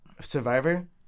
survivor